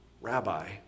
rabbi